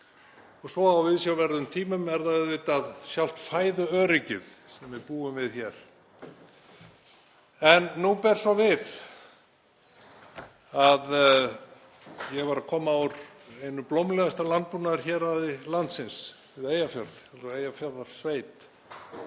Og á viðsjárverðum tímum er það auðvitað sjálft fæðuöryggið sem við búum við hér. En nú ber svo við að ég var að koma úr einu blómlegasta landbúnaðarhéraði landsins við Eyjafjörð, Eyjafjarðarsveit.